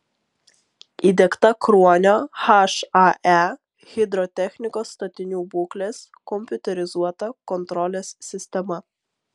įdiegta kruonio hae hidrotechnikos statinių būklės kompiuterizuota kontrolės sistema